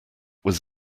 was